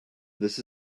this